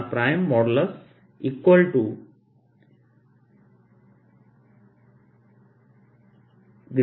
r r